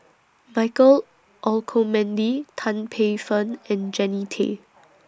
Michael Olcomendy Tan Paey Fern and Jannie Tay